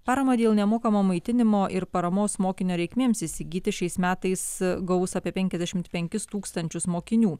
paramą dėl nemokamo maitinimo ir paramos mokinio reikmėms įsigyti šiais metais gaus apie penkiasdešim penkis tūkstančius mokinių